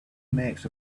makes